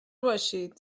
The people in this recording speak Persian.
باشید